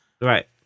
Right